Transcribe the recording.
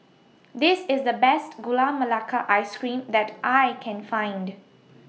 This IS The Best Gula Melaka Ice Cream that I Can Find